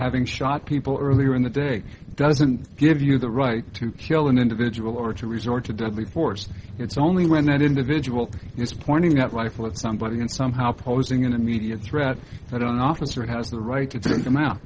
having shot people earlier in the day doesn't give you the right to kill an individual or to resort to deadly force it's only when that individual is pointing out life with somebody and somehow posing an immediate threat i don't officer has the right to